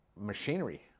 machinery